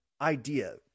idea